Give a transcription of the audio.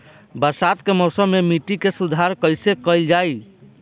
बरसात के मौसम में मिट्टी के सुधार कइसे कइल जाई?